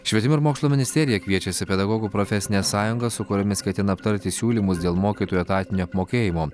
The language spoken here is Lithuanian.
švietimo ir mokslo ministerija kviečiasi pedagogų profesines sąjungas su kuriomis ketina aptarti siūlymus dėl mokytojų etatinio apmokėjimo